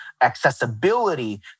accessibility